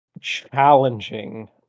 challenging